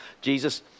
Jesus